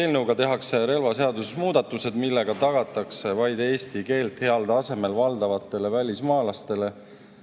Eelnõuga tehakse relvaseaduses muudatused, millega tagatakse vaid eesti keelt heal tasemel valdavatele välismaalastele